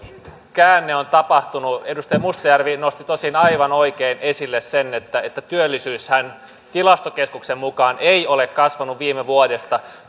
käänne on tapahtunut edustaja mustajärvi nosti tosin aivan oikein esille sen että että työllisyyshän tilastokeskuksen mukaan ei ole kasvanut viime vuodesta